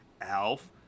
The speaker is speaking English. ALF